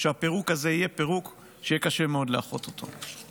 שהפירוק הזה יהיה פירוק שיהיה קשה מאוד לאחות אותו.